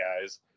guys